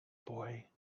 boy